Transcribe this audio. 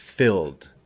filled